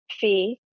fee